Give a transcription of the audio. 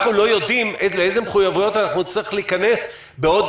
אנחנו לא יודעים לאיזה מחויבויות נצטרך להיכנס בעוד